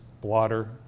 blotter